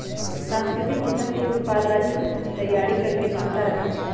सांस्कृतिक उद्यम के उत्पाद राजस्व तइयारी करेके क्षमता रखइ छै